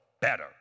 better